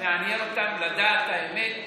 מעניין אותם לדעת את האמת,